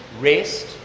rest